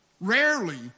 Rarely